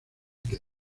que